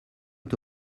est